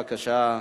בבקשה.